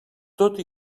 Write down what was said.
tot